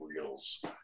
wheels